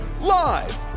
live